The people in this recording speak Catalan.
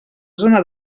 zona